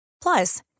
Plus